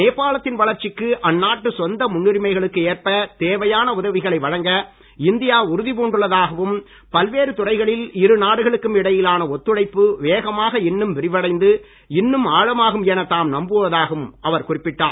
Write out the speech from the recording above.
நேபாளத்தின் வளர்ச்சிக்கு அந்நாட்டு சொந்த முன்னுரிமைகளுக்கு ஏற்ப தேவையான உதவிகளை வழங்க இந்தியா உறுதிப் பூண்டுள்ளதாகவும் பல்வேறு துறைகளில் இருநாடுகளுக்கும் இடையிலான ஒத்துழைப்பு வேகமாக இன்னும் விரிவடைந்து இன்னும் ஆழமாகும் என தாம் நம்புவதாகவும் அவர் குறிப்பிட்டார்